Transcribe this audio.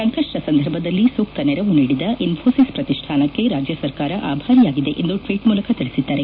ಸಂಕಷ್ವ ಸಂದರ್ಭದಲ್ಲಿ ಸೂಕ್ತ ನೆರವು ನೀಡಿದ ಇನ್ಫೋಸಿಸ್ ಪ್ರತಿಷ್ಣಾನಕ್ಕೆ ರಾಜ್ಯ ಸರ್ಕಾರ ಆಭಾರಿಯಾಗಿದೆ ಎಂದು ಅವರು ಟ್ವೀಟ್ ಮೂಲಕ ತಿಳಿಸಿದ್ದಾರೆ